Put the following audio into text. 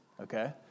okay